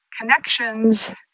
connections